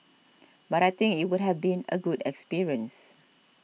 but I think it would have been a good experience